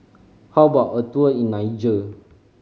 how about a tour in Niger